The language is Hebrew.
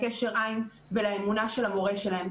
לקשר עין ולאמונה של המורה שלהם.